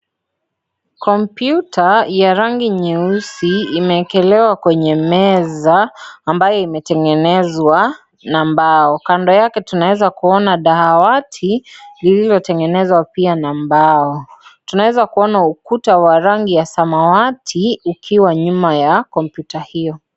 Kompyuta ya rangi nyeusi imeekelewa kwenye meza ambayo imetengenezwa na mbao. Kando yake tunaweza kuona dawati lililotengenezwa pia na mbao, tunaeza kuona ukuta wa rangi ya samawati ukiwa nyuma ya kompyuta hiyo.